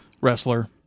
Wrestler